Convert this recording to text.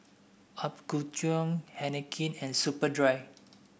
Apgujeong Heinekein and Superdry